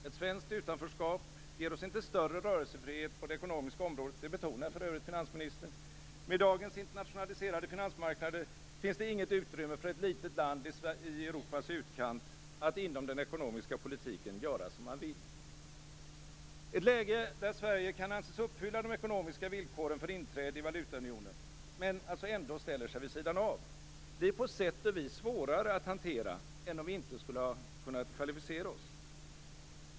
Ett svenskt utanförskap ger oss inte större rörelsefrihet på det ekonomiska området - det betonade för övrigt finansministern. Med dagens internationaliserade finansmarknader finns det inget utrymme för ett litet land i Europas utkant att inom den ekonomiska politiken göra som man vill. Ett läge där Sverige kan anses uppfylla de ekonomiska villkoren för inträde i valutaunionen men där Sverige ändå ställer sig utanför blir på sätt och vis svårare att hantera än om vi inte hade kunnat kvalificera oss.